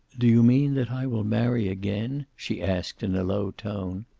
do you mean that i will marry again? she asked, in a low tone.